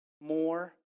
more